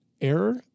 error